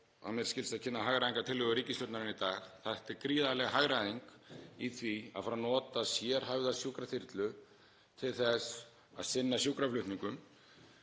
á, að mér skilst, að kynna hagræðingartillögur ríkisstjórnarinnar í dag. Það er gríðarleg hagræðing í því að fara að nota sérhæfða sjúkraþyrlu til þess að sinna sjúkraflutningum